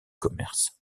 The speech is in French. commerce